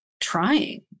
trying